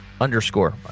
underscore